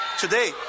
today